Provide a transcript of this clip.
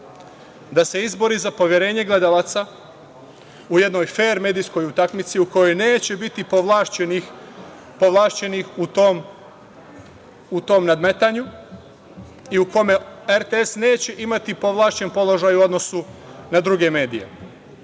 da se izbori za poverenje gledalaca u jednoj fer medijskoj utakmici u kojoj neće biti povlašćenih u tom nadmetanju i u kome RTS neće imati povlašćen položaj u odnosu na druge medije.